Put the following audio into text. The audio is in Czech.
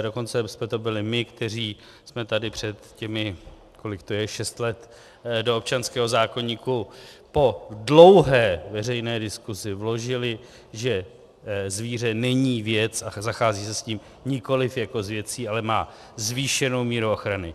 Dokonce jsme to byli my, kteří jsme tady před těmi šesti lety do občanského zákoníku po dlouhé veřejné diskusi vložili, že zvíře není věc a zachází se s ním nikoli jako s věcí, ale má zvýšenou míru ochrany.